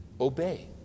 obey